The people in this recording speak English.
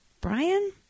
Brian